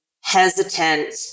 hesitant